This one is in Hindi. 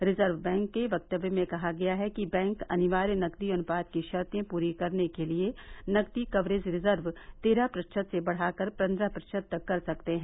रिजर्व बैंक के वक्तव्य में कहा गया है कि बैंक अनिवार्य नकदी अनुपात की शर्ते पूरी करने के लिए नकदी कवरेज रिजर्व तेरह प्रतिशत से बढ़ाकर पन्द्रह प्रतिशत कर सकते हैं